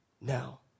Now